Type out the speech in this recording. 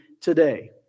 today